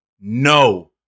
No